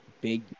big